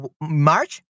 March